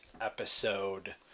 episode